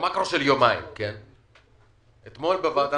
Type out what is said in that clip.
בביצועים אנחנו עוד נדבר על זה אבל לא יעזור אם אתה לא תבוא,